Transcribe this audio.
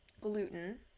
gluten